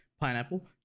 pineapple